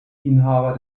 inhaber